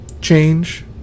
change